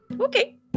Okay